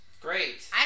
Great